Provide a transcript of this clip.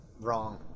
wrong